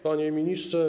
Panie Ministrze!